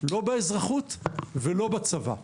לא באזרחות ולא בצבא.